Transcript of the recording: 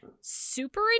super